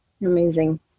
Amazing